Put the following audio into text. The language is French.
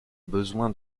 besoin